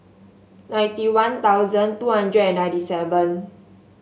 ninety One Thousand two hundred and ninety seven